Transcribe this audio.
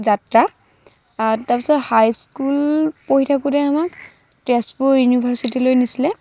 যাত্ৰা তাৰপিছত হাইস্কুল পঢ়ি থাকোঁতে আমাক তেজপুৰ ইউনিভাৰ্চিটিলৈ নিছিলে